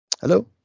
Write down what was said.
hello